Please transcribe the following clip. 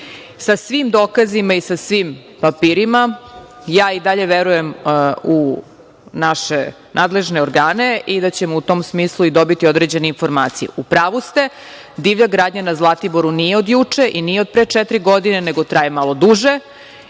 sa svim dokazima i sa svim papirima. Ja i dalje verujem u naše nadležne organe i da ćemo u tom smislu dobiti određene informacije.U pravu ste, divlja gradnja na Zlatiboru nije od juče i nije od pre četiri godine, nego traje malo duže